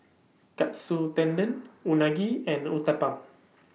Katsu Tendon Unagi and Uthapam